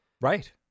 Right